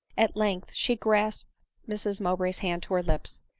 at length she grasped mrs mow bray's hand to her lips,